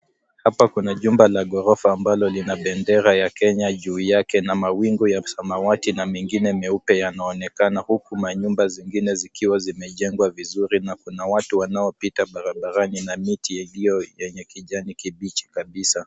Hapa kuna jumba la ghorofa ambalo lina bendera ya Kenya juu yake na mawingu ya samawati na mengine meupe yanaonekana uku manyumba zingine zikiwa zimejengwa vizuri na kuna watu wanaopita barabarani ina miti ilio yenye kijani kibichi kabisa.